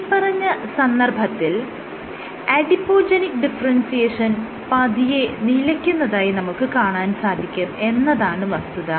മേല്പറഞ്ഞ സന്ദർഭത്തിൽ adipogenic differentiation പതിയെ നിലയ്ക്കുന്നതായി നമുക്ക് കാണാൻ സാധിക്കും എന്നതാണ് വസ്തുത